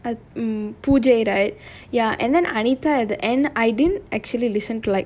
I um pooja right ya and then anita at the end I didn't actually listen to like